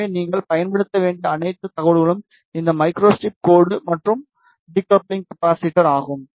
எனவே நீங்கள் பயன்படுத்த வேண்டிய அனைத்து தகவல்களும் இந்த மைக்ரோஸ்ட்ரிப் கோடு மற்றும் டிகப்பிளிங் கப்பாசிட்டர் ஆகும்